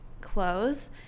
clothes